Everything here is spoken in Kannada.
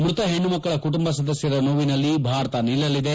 ಮೃತ ಹೆಣ್ಣು ಮಕ್ಕಳ ಕುಟುಂಬ ಸದಸ್ಟರ ನೋವಿನಲ್ಲಿ ಭಾರತ ನಿಲ್ಲಲಿದೆ